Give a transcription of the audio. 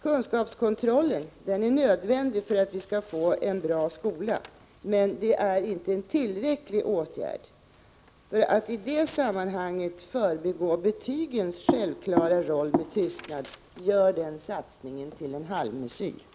Kunskapskontrollen är nödvändig för att vi skall få en bra skola, men det är inte en tillräcklig åtgärd. Att i det sammanhanget förbigå betygens självklara roll med tystnad gör den satsningen till en halvmesyr.